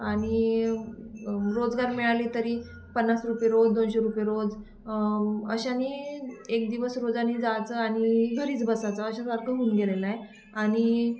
आणि रोजगार मिळाली तरी पन्नास रुपये रोज दोनशे रुपये रोज अशाने एक दिवस रोजानी जायचं आणि घरीच बसायचं अशासारखं होऊन गेलेला आहे आणि